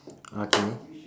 okay